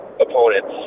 opponents